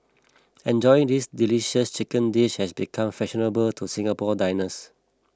enjoying this delicious chicken dish has become fashionable to Singapore diners